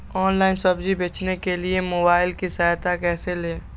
Online सब्जी बेचने के लिए मोबाईल की सहायता कैसे ले?